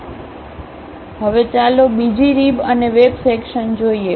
હવે ચાલો બીજી રીબઅને વેબ સેક્શન જોઈએ